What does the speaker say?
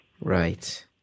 Right